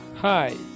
Hi